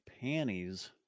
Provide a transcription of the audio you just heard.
panties